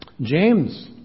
James